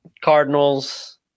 Cardinals